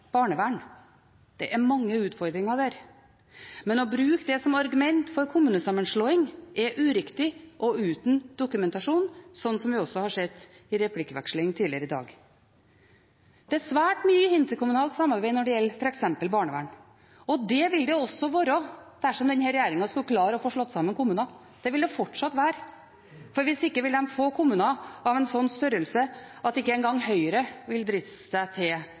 barnevern. Det er mange utfordringer der, men å bruke det som argument for en kommunesammenslåing er uriktig og uten dokumentasjon, noe vi også har hørt i replikkvekslinger tidligere i dag. Det er svært mye interkommunalt samarbeid når det gjelder f.eks. barnevern. Det vil det også være dersom denne regjeringen skulle klare å få slått sammen kommuner. Det vil det fortsatt være. Hvis ikke vil de få kommuner av en slik størrelse at ikke engang Høyre vil driste seg til